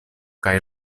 kaj